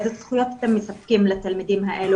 איזה זכויות אתם מספקים לתלמידים האלו,